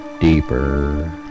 deeper